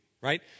right